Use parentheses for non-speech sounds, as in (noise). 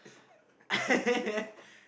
(laughs)